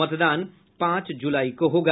मतदान पांच जुलाई को होगा